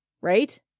Right